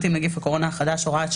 עם נגיף הקורונה החדש (הוראת שעה),